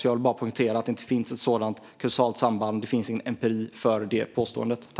Jag vill bara poängtera att det inte finns något sådant kausalt samband. Det finns ingen empiri för det påståendet.